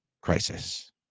crisis